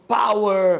power